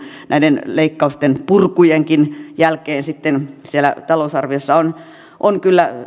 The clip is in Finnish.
näiden leikkausten purkujenkin jälkeen siellä talousarviossa on on kyllä